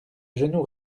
genoux